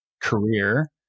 career